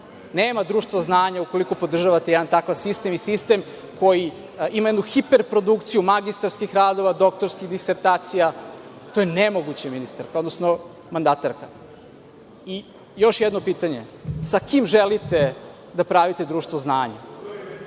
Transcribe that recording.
Nema društvo znanja ukoliko podržavate jedan takav sistem i sistem koji ima jednu hiper produkciju magistarskih radova, doktorskih disertacija, to je nemoguće ministarka, odnosno mandatarka. Još jedno pitanje – sa kim želite da pravite društvo znanja?